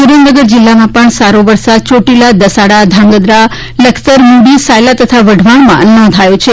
સુરેન્દ્રનગર જિલ્લામાં પણ સારો વરસાદ ચોટીલા દસાડા ધ્રાંગધ્રા લખતર મૂળી સાયલા તથા વઢવાણમાં નોંધાયો છે